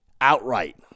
Outright